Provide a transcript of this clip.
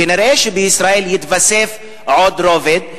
כנראה בישראל יתווסף עוד רובד,